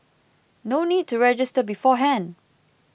no need to register beforehand